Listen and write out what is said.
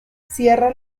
cierra